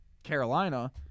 Carolina